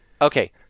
Okay